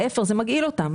זה מגעיל אותם,